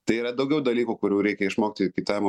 tai yra daugiau dalykų kurių reikia išmokti kaitavimo